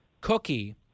Cookie